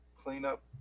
cleanup